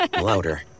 louder